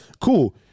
cool